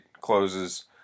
closes